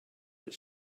that